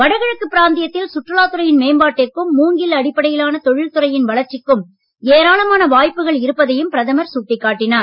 வடகிழக்கு பிராந்தியத்தில் சுற்றுலாத் துறையின் மேம்பாட்டிற்கும் மூங்கில் அடிப்படையிலான தொழில் துறையின் வளர்ச்சிக்கும் ஏராளமான வாய்ப்புகள் இருப்பதையும் பிரதமர் சுட்டிக் காட்டினார்